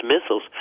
missiles